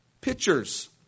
pictures